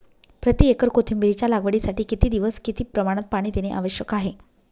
प्रति एकर कोथिंबिरीच्या लागवडीसाठी किती दिवस किती प्रमाणात पाणी देणे आवश्यक आहे?